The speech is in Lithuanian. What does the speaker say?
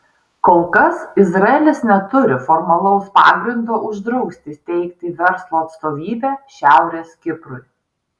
kol kas izraelis neturi formalaus pagrindo uždrausti steigti verslo atstovybę šiaurės kiprui